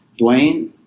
Dwayne